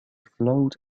float